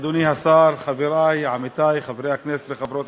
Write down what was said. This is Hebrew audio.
אדוני השר, חברי, עמיתי חברי הכנסת וחברות